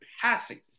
passing